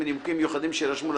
מנימוקים מיוחדים שיירשמו,